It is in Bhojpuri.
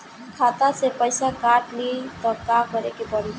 खाता से पैसा काट ली त का करे के पड़ी?